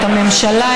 את הממשלה,